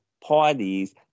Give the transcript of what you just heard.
parties